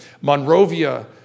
Monrovia